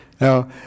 Now